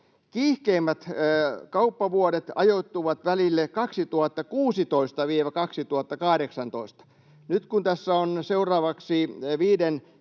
Kiihkeimmät kauppavuodet ajoittuvat välille 2016—2018.” Nyt kun tässä on seuraavaksi viiden